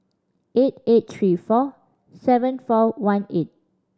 eight eight three four seven four one eight